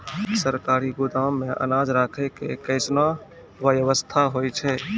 सरकारी गोदाम मे अनाज राखै के कैसनौ वयवस्था होय छै?